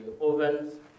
ovens